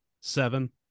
Seven